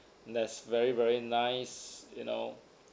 that's very very nice you know